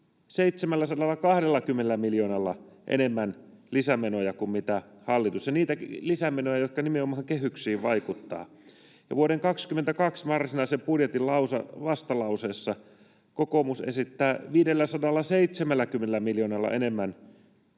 720 miljoonalla enemmän kuin hallitus ja niitä lisämenoja, jotka nimenomaan kehyksiin vaikuttavat. Ja vuoden 22 varsinaisen budjetin vastalauseessa kokoomus esittää 570 miljoonalla enemmän menoja